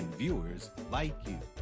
viewers like you.